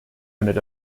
unit